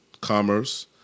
commerce